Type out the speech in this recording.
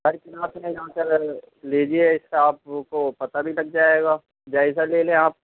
ہر class میں جا کر لیجیے اسٹاف کو پتہ بھی لگ جائے گا جائزہ لے لیں آپ